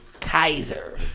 Kaiser